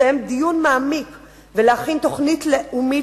לקיים דיון מעמיק ולהכין תוכנית לאומית